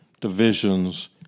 divisions